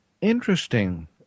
interesting